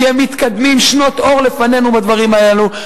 כי הם מתקדמים שנות אור לפנינו בדברים האלו,